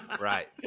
Right